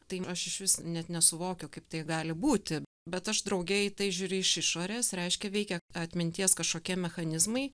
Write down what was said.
tai aš išvis net nesuvokiu kaip tai gali būti bet aš drauge į tai žiūri iš išorės reiškia veikia atminties kažkokie mechanizmai